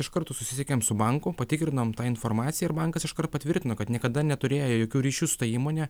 iš karto susisiekėm su banku patikrinom tą informaciją ir bankas iškart patvirtino kad niekada neturėjo jokių ryšių su ta įmone